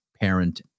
parent